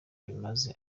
bimaze